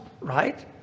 right